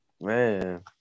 Man